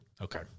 Okay